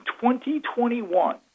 2021